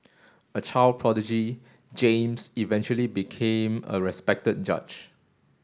a child prodigy James eventually became a respected judge